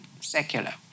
secular